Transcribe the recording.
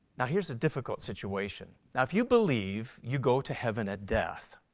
now here's a difficult situation. now if you believe you go to heaven at death